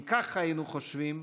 אם כך היינו חושבים,